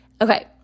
Okay